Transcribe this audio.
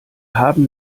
haben